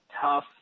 tough